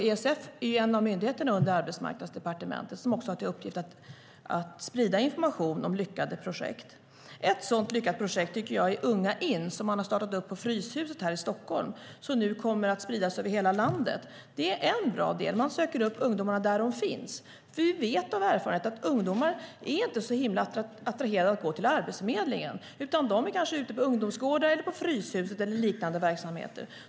ESF är en av myndigheterna under Arbetsmarknadsdepartementet som också har till uppgift att sprida information om lyckade projekt. Ett sådant lyckat projekt tycker jag är Unga in som man har startat på Fryshuset här i Stockholm. Det kommer nu att spridas över hela landet. Det är en bra del, där man söker upp ungdomar där de finns. Vi vet av erfarenhet att ungdomar inte är så himla attraherade av att gå till Arbetsförmedlingen, utan de är kanske ute på ungdomsgårdar, på Fryshuset eller liknande verksamheter.